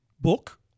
book